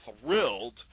thrilled